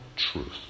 truth